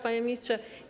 Panie Ministrze!